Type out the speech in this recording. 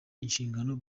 ishingiro